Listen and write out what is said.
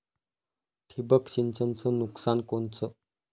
ठिबक सिंचनचं नुकसान कोनचं?